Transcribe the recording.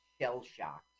shell-shocked